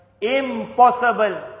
Impossible